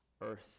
earth